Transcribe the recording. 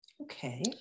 Okay